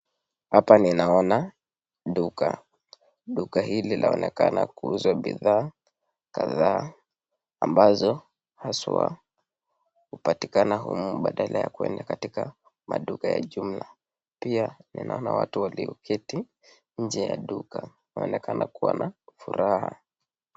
Hapa ninaona duka. Duka hili laonekana kuuza bidhaa kadhaa ambazo haswa, hupatikana humu badala ya kuenda katika maduka ya jumla. Pia, ninaona watu walioketi nje ya duka. Waonekana kuwa na furaha.